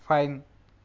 fine